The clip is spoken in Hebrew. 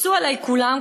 קפצו עלי כולם,